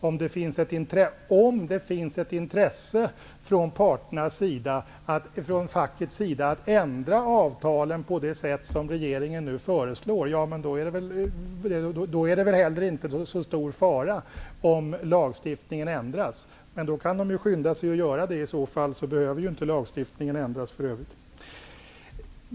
Om det finns ett intresse från fackets sida att ändra avtalen på det sätt som regeringen nu föreslår, då är det väl heller inte så stor fara om lagstiftningen ändras? Men då kan man ju skynda sig att göra ändringar i avtalen, så behöver inte lagstiftningen ändras.